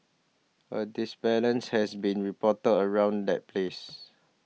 a has been reported around that place